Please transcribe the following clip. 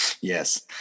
Yes